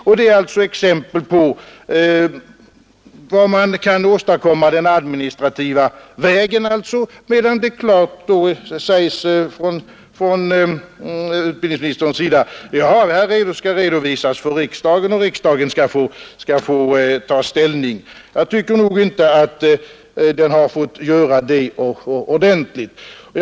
Detta är alltså exempel på vad man kan åstadkomma den administrativa vägen, medan det klart sägs av utbildningsministern att ändringar i reglerna skall redovisas för riksdagen och att riksdagen skall få ta ställning. Jag tycker nog inte att den i verklig mening har fått göra det.